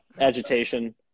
Agitation